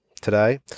today